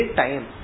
time